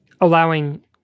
allowing